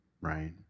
right